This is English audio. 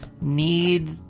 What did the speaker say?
need